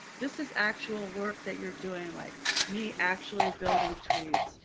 this is actual work that you're doing. like me actually building tweets,